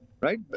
right